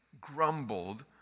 grumbled